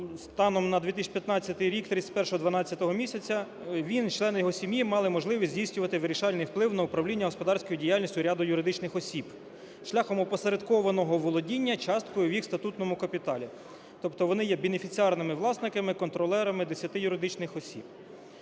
станом на 2015 рік 31-го 12-го місяця він і члени його сім'ї мали можливість здійснювати вирішальний вплив на управління господарською діяльністю ряду юридичних осіб шляхом опосередкованого володіння часткою в їх статутному капіталі. Тобто вони є бенефіціарними власниками, контролерами десяти юридичних осіб.